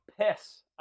piss